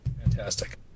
fantastic